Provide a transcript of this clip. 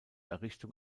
errichtung